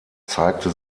zeigte